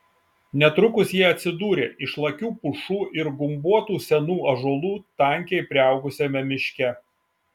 netrukus jie atsidūrė išlakių pušų ir gumbuotų senų ąžuolų tankiai priaugusiame miške